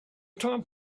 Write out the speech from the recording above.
top